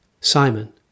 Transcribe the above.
Simon